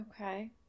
Okay